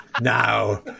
now